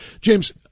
James